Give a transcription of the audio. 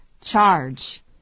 charge